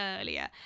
earlier